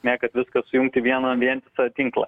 ne kad viską sujungt į vieną vientisą tinklą